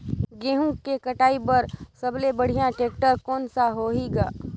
गहूं के कटाई पर सबले बढ़िया टेक्टर कोन सा होही ग?